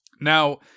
Now